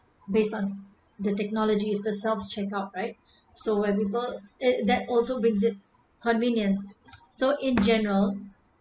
based on the technologies the subs check out right so where people it that also brings it convenience so in general